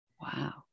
Wow